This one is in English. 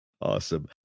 Awesome